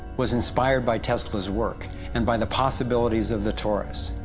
was inspired by tesla's work and by the possibilities of the torus.